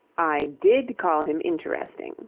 i did call him interesting